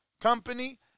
Company